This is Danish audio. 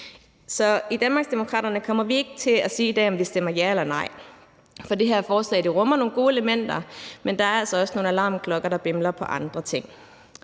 Så i Danmarksdemokraterne kommer vi ikke til at sige i dag, om vi stemmer ja eller nej, for det her forslag rummer nogle gode elementer, men der er altså også nogle alarmklokker, der bimler i